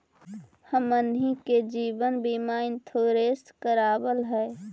हमनहि के जिवन बिमा इंश्योरेंस करावल है?